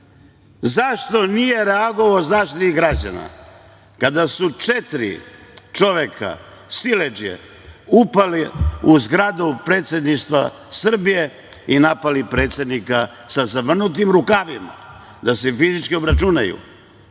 Zašto nije reagovao Zaštitnik građana, kada su četiri čoveka, siledžije upali u zgradu predsedništva Srbije i napali predsednika, sa zavrnutim rukavima, da se fizički obračunaju?